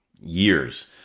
years